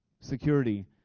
security